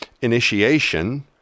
initiation –